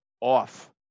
off